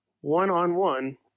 one-on-one